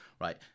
Right